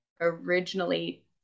originally